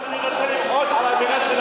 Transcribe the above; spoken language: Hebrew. אני רוצה למחות על האמירה של,